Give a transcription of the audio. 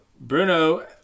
Bruno